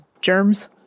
germs